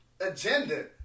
agenda